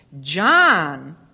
John